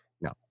no